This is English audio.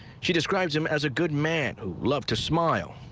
she describes him as a good man who loved to smile.